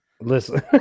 Listen